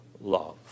love